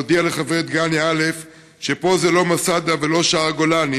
והודיע לחברי דגניה א' שפה זה לא מסדה ולא שער הגולן,